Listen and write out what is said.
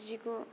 जिगु